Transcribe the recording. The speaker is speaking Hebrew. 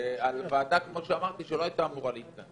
על ועדה, כמו שאמרתי, שלא הייתה אמורה להתכנס.